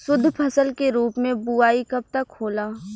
शुद्धफसल के रूप में बुआई कब तक होला?